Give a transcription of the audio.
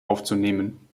aufzunehmen